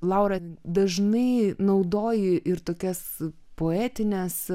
laura dažnai naudoji ir tokias poetines